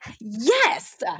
Yes